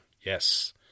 yes